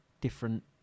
different